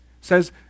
says